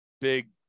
big